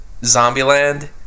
Zombieland